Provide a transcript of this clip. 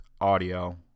audio